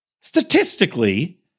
statistically